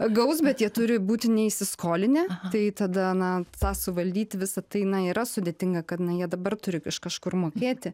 gaus bet jie turi būti neįsiskolinę tai tada na tą suvaldyti visa tai na yra sudėtinga kad na jie dabar turi iš kažkur mokėti